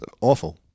awful